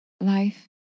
life